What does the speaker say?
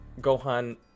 Gohan